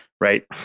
right